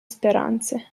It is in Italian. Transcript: speranze